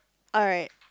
alright